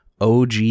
OG